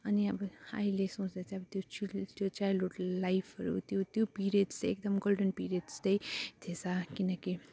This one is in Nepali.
अनि अब अहिले सोच्दा चाहिँ अब त्यो चिल्ड् चाइल्डवुड लाइफहरू त्यो त्यो पिरियड्स एकदम गोल्डन पिरियड्स चाहिँ थिएछ किनकि